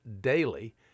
daily